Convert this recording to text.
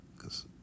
cause